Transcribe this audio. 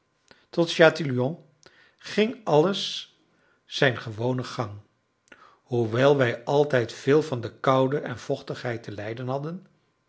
tot chatillon toe ging alles zijn gewonen gang hoewel wij altijd veel van de koude en vochtigheid te lijden hadden